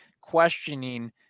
questioning